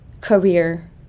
career